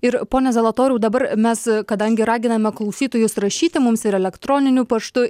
ir pone zalatoriau dabar mes kadangi raginame klausytojus rašyti mums ir elektroniniu paštu